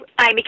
Amy